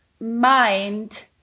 mind